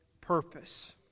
purpose